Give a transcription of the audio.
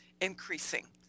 increasing